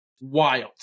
wild